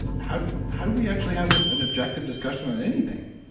how how do we actually have an an objective discussion about anything?